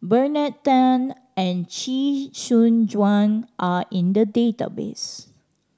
Bernard Tan and Chee Soon Juan are in the database